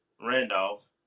Randolph